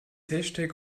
hashtag